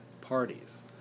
parties